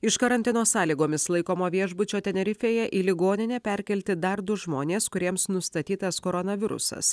iš karantino sąlygomis laikomo viešbučio tenerifėje į ligoninę perkelti dar du žmonės kuriems nustatytas koronavirusas